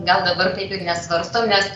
gal dabar taip ir nesvarstom nes